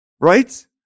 Right